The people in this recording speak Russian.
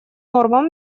нормам